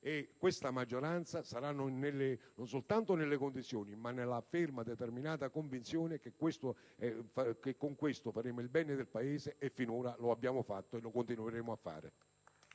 questa maggioranza siano, non soltanto nelle condizioni, ma nella ferma e determinata convinzione che con questo faremo il bene del Paese. Finora lo abbiamo fatto e lo continueremo a fare.